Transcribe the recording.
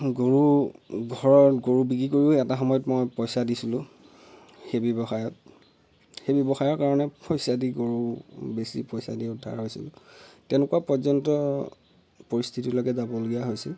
গৰু ঘৰৰ গৰু বিক্ৰী কৰিও এটা সময়ত মই পইচা দিছিলোঁ সেই ব্যৱসায়ত সেই ব্যৱসায়ৰ কাৰণে পইচা দি গৰু বেচি পইচা দি উদ্ধাৰ হৈছিলোঁ তেনেকুৱা পৰ্যন্ত পৰিস্থিতি লৈকে যাবলগীয়া হৈছিল